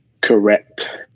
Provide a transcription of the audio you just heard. correct